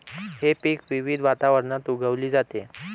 हे पीक विविध वातावरणात उगवली जाते